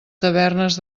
tavernes